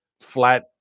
flat